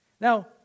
Now